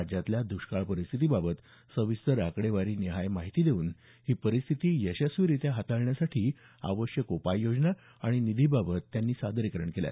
राज्यातल्या दुष्काळ परिस्थितीबाबत सविस्तर आकडेवारी निहाय माहिती देऊन ही परिस्थिती यशस्वीरित्या हाताळण्यासाठी आवश्यक उपाययोजना आणि निधीबाबत त्यांनी सादरीकरण केलं